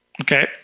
Okay